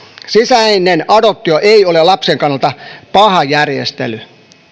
sisäinen adoptio ei ole lapsen kannalta paha järjestely